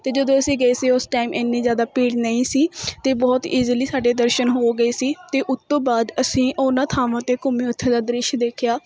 ਅਤੇ ਜਦੋਂ ਅਸੀਂ ਗਏ ਸੀ ਉਸ ਟਾਈਮ ਇੰਨੇ ਜ਼ਿਆਦਾ ਭੀੜ ਨਹੀਂ ਸੀ ਅਤੇ ਬਹੁਤ ਈਜ਼ੀਲੀ ਸਾਡੇ ਦਰਸ਼ਨ ਹੋ ਗਏ ਸੀ ਅਤੇ ਉਸ ਤੋਂ ਬਾਅਦ ਅਸੀਂ ਉਹਨਾਂ ਥਾਵਾਂ 'ਤੇ ਘੁੰਮੇ ਉੱਥੇ ਦਾ ਦ੍ਰਿਸ਼ ਦੇਖਿਆ